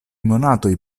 monatoj